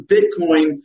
Bitcoin